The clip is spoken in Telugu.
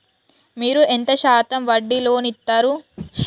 మీరు ఎంత శాతం వడ్డీ లోన్ ఇత్తరు?